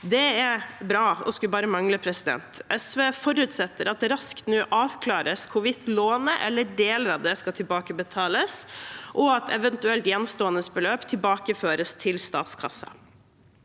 skulle bare mangle. SV forutsetter at det nå raskt avklares hvorvidt lånet eller deler av det skal tilbakebetales, og om et eventuelt gjenstående beløp tilbakeføres til statskassen.